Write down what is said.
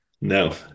No